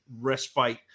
respite